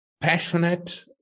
passionate